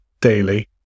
daily